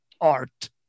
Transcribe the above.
art